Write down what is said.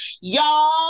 Y'all